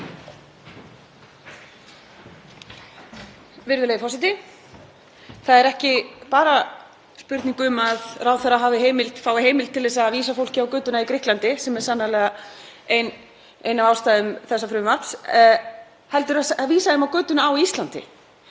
Virðulegi forseti. Það er ekki bara spurning um að ráðherra fái heimild til að vísa fólki á götuna í Grikklandi, sem er sannarlega ein af ástæðum þessa frumvarps, heldur að vísa þeim á götuna á Íslandi.